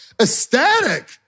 ecstatic